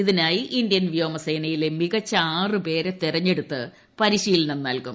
ഇതിനായി ഇന്ത്യൻ വ്യോമസേനയിലെ മികച്ച ആറ് പേരെ തെരഞ്ഞെടുത്ത് പരിശീലനം നൽകും